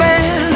Man